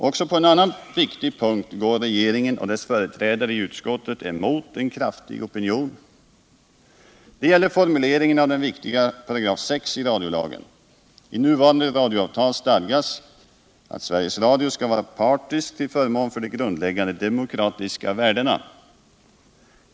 Också på en annan viktig punkt går regeringen och dess företrädare i utskottet emot en kraftig opinion. Det gäller formuleringen av den viktiga 6 § i radiolagen. I nuvarande radioavtal stadgas att Sveriges Radio skall vara partiskt till förmån för de grundläggande demokratiska värdena.